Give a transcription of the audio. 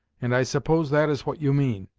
and i suppose that is what you mean.